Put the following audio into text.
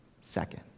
second